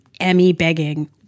Emmy-begging